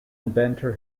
inventor